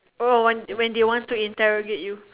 oh when when they want to interrogate you